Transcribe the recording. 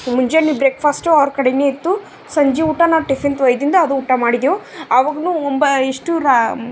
ಮುಂಜಾನೆ ಬ್ರೇಕ್ಫಾಸ್ಟು ಅವ್ರ ಕಡೆನೇ ಇತ್ತು ಸಂಜೆ ಊಟ ನಾವು ಟಿಫಿನ್ತ್ ಒಯ್ದಿಂದ ಅದು ಊಟ ಮಾಡಿದೆವು ಅವಾಗ ಉಂಬ ಇಷ್ಟು ರಾ